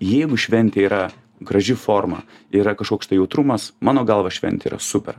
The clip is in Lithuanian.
jeigu šventė yra graži forma yra kažkoks tai jautrumas mano galva šventė yra super